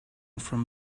from